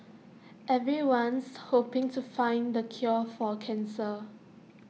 everyone's hoping to find the cure for cancer